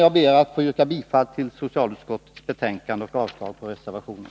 Jag ber att få yrka bifall till socialutskottets hemställan och avslag på reservationen.